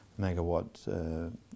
megawatt